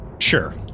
Sure